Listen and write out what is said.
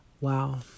Wow